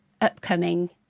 upcoming